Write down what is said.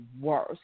worse